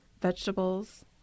vegetables